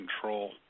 control